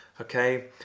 okay